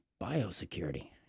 biosecurity